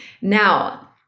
Now